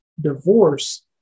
divorce